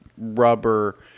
rubber